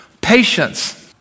Patience